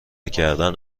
کردن